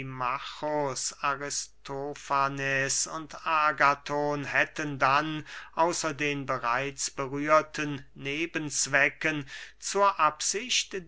aristofanes und agathon hätten dann außer den bereits berührten nebenzwecken zur absicht